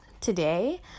Today